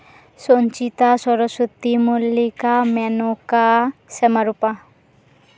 Sanchita Saraswati Mallika Menoka Semarupa